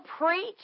preach